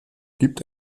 gibt